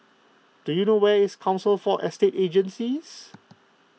do you know where is Council for Estate Agencies